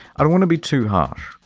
i don't want to be too harsh.